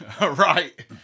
Right